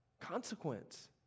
consequence